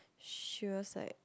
she was like